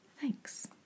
Thanks